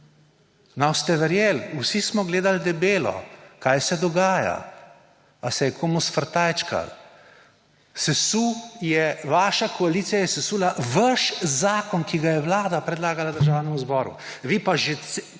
Ne boste verjeli, vsi smo debelo gledali, kaj se dogaja, ali se je komu sfrtajčkalo. Vaša koalicija je sesula vaš zakon, ki ga je Vlada predlagala Državnemu zboru,